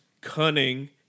cunning